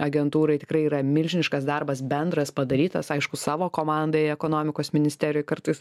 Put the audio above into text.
agentūrai tikrai yra milžiniškas darbas bendras padarytas aišku savo komandai ekonomikos ministerijoj kartais